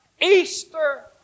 Easter